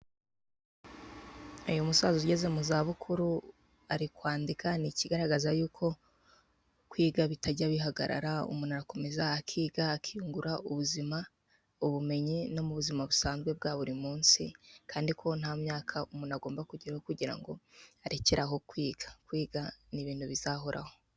Uyu musaza ugeze mu za bukuru, ari kwandika ni ikigaragaza yuko kwiga bitajya bihagarara, umuntu arakomeza akiga, akiyungura ubuzima, ubumenyi no mu buzima busanzwe bwa buri munsi, kandi ko nta myaka umuntu agomba kugeraho kugira ngo arekere aho kwiga, kwiga ni ibintu bizahoraho.